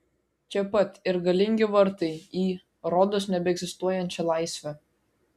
čia pat ir galingi vartai į rodos nebeegzistuojančią laisvę